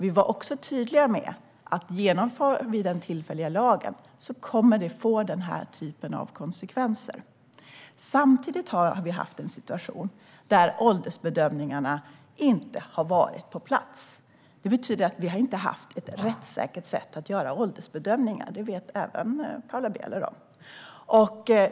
Vi var också tydliga med att det kommer att få denna typ av konsekvenser om den tillfälliga lagen genomförs. Samtidigt har vi haft en situation där åldersbedömningarna inte har varit på plats. Det betyder att vi inte har haft ett rättssäkert sätt att göra åldersbedömningar, och det vet även Paula Bieler om.